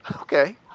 okay